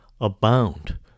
abound